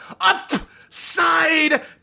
upside